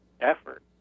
effort